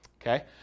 okay